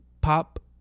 pop